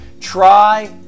Try